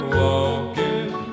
walking